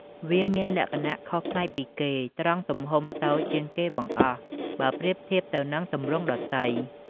វាមានលក្ខណៈខុសប្លែកពីគេ ត្រង់ទំហំតូចជាងគេបង្អស់ បើប្រៀបធៀបទៅនឹងទម្រង់ដទៃ ។